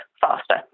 faster